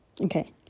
Okay